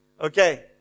Okay